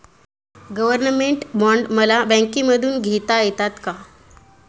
Government bond मला बँकेमधून घेता येतात का?